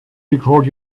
record